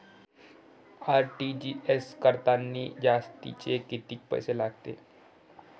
RTGS करतांनी जास्तचे कितीक पैसे लागते?